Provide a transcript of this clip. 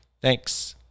Thanks